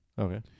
Okay